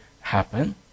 happen